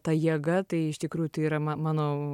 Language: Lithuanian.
ta jėga tai iš tikrųjų tai yra ma mano